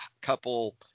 couple